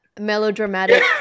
melodramatic